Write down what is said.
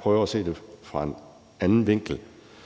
prøve at se det fra en anden vinkel,